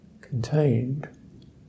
contained